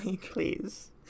please